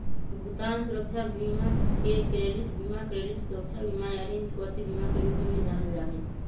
भुगतान सुरक्षा बीमा के क्रेडिट बीमा, क्रेडिट सुरक्षा बीमा, या ऋण चुकौती बीमा के रूप में भी जानल जा हई